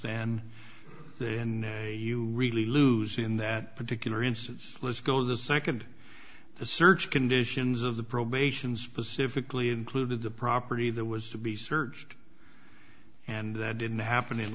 then then you really lose in that particular instance let's go to the second the search conditions of the probations specifically included the property that was to be searched and that didn't happen